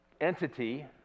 entity